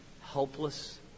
helpless